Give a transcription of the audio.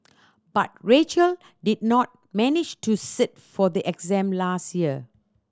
but Rachel did not manage to sit for the exam last year